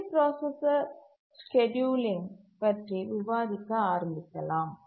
multiprocessor scheduling பற்றி விவாதிக்க ஆரம்பிக்கலாம்